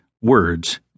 words